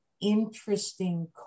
interesting